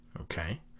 Okay